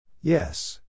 Yes